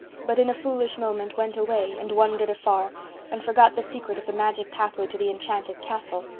but in a foolish moment went away and wandered afar and forgot the secret of the magic pathway to the enchanted castle,